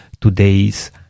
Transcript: today's